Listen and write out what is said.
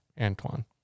Antoine